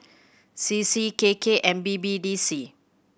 C C K K and B B D C